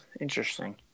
Interesting